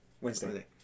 Wednesday